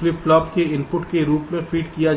flip flop के input के रूप में फीड किया जाता है